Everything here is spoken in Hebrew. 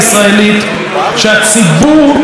שהציבור הישראלי,